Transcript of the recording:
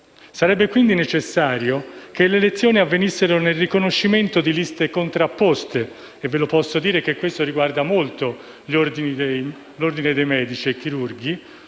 Sarebbe quindi necessario che le elezioni avvenissero nel riconoscimento di liste contrapposte. Posso dire che questo tema riguarda da vicino l'Ordine dei medici-chirurghi: